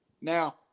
Now